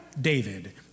David